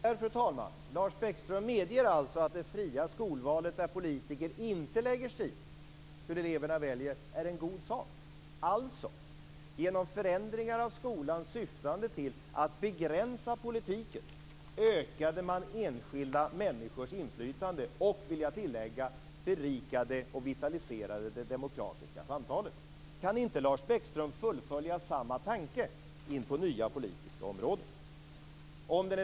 Fru talman! Se där! Lars Bäckström medger att det fria skolvalet, där politiker inte lägger sig i hur eleverna väljer, är en god sak. Alltså: Genom förändringar av skolan syftande till att begränsa politiken ökade man enskilda människors inflytande och berikade och vitaliserade det demokratiska samtalet. Kan inte Lars Bäckström fullfölja samma tanke in på nya politiska områden?